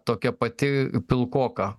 tokia pati pilkoka